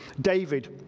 David